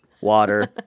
water